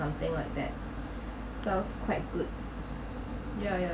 something like that sounds quite good ya ya